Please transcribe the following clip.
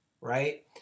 right